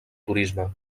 turisme